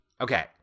Okay